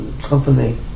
company